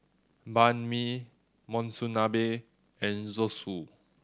Banh Mi Monsunabe and Zosui